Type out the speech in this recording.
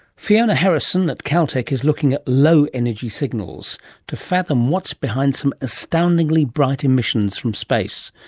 fiona harrison at caltech is looking at low energy signals to fathom what's behind some astoundingly bright emissions from space.